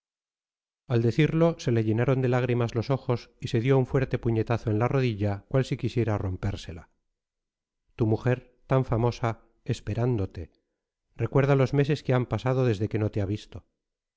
al decirlo se le llenaron de lágrimas los ojos y se dio un fuerte puñetazo en la rodilla cual si quisiera rompérsela tu mujer tan famosa esperándote recuerda los meses que han pasado desde que no te ha visto